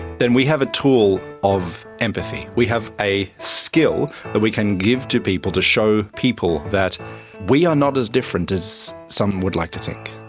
then we have a tool of empathy, we have a skill that we can give to people to show people that we are not as different as some would like to think.